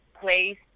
place